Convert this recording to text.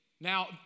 Now